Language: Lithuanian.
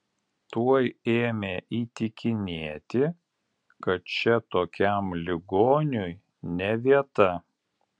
tuoj ėmė įtikinėti kad čia tokiam ligoniui ne vieta